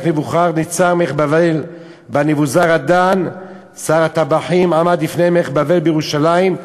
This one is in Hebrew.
נבוכדראצר מלך בבל בא נבוזראדן רב טבחים עמד לפני מלך בבל בירושלם".